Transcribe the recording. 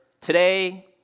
today